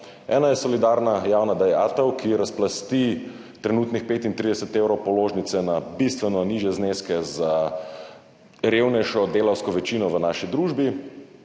Ena je solidarna javna dajatev, ki razplasti trenutnih 35 evrov položnice na bistveno nižje zneske za revnejšo delavsko večino v naši družbi